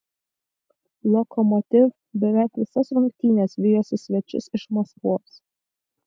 lokomotiv beveik visas rungtynes vijosi svečius iš maskvos